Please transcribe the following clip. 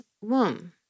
womb